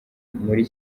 muri